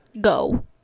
go